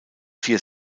vier